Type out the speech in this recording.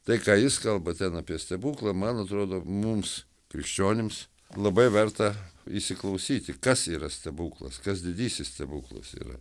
tai ką jis kalba ten apie stebuklą man atrodo mums krikščionims labai verta įsiklausyti kas yra stebuklas kas didysis stebuklas yra